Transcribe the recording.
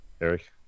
Eric